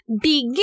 begin